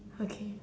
okay